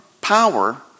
power